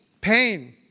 Pain